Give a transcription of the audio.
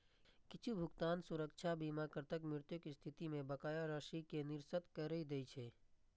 किछु भुगतान सुरक्षा बीमाकर्ताक मृत्युक स्थिति मे बकाया राशि कें निरस्त करै दै छै